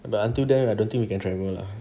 but until then I don't think we can travel lah